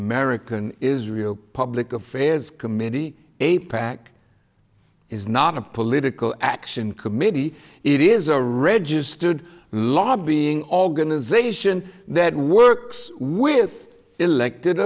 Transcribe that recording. american israel public affairs committee a pac is not a political action committee it is a registered lobbying organization that works with elected